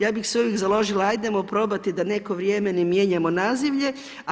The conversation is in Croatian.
Ja bih se uvijek založila hajdemo probati da neko vrijeme ne mijenjamo nazivlje.